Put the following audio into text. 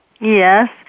Yes